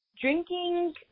drinking